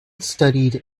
studied